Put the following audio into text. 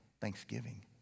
thanksgiving